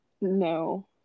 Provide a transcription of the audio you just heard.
no